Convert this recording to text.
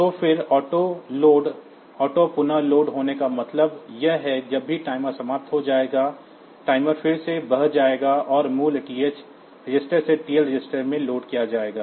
तो फिर auto load auto पुनः लोड होने का मतलब है कि जब भी टाइमर समाप्त हो जाएगा टाइमर फिर से बह जाएगा और मूल्य TH रजिस्टर से TL रजिस्टर में लोड किया जाएगा